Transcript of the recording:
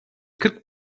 kırk